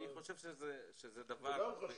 תקשיב, אני חושב שזה דבר --- זה גם חשוב,